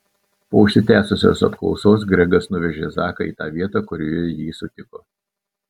po užsitęsusios apklausos gregas nuvežė zaką į tą vietą kurioje jį sutiko